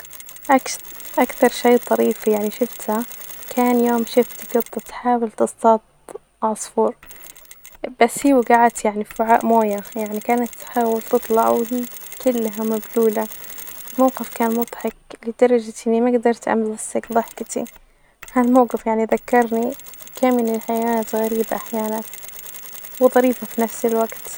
أكث-أكثر شئ طريف يعني شفتة كان يوم شفت قطة تحاول تصطاد عصفور، بس وجعت يعني وعاء موية ،كانت تحاول تطلع وهي كلها مبلولة، الموقف كان مظحك لدرجة إني ما جدرت أمسك ظحكتي، كان موجف يعني ذكرني كم من الحاجات الغريبة أحيانا وطريبفة في نفس الوجت.